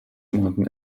monaten